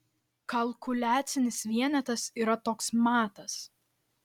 kalkuliacinis vienetas yra toks matas